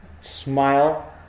Smile